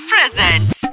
Presents